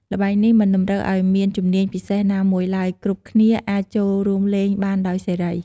ល្បែងនេះមិនតម្រូវឱ្យមានជំនាញពិសេសណាមួយឡើយ គ្រប់គ្នាអាចចូលរួមលេងបានដោយសេរី។